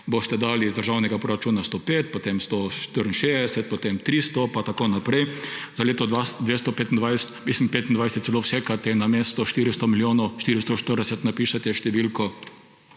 boste dali iz državnega proračuna 105, potem 164, potem 300 pa tako naprej. Za leto 2025 celo namesto 440 milijonov napišete številko